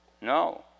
No